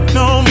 no